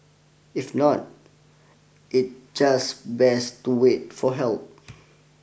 if not it just best to wait for help